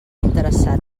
interessat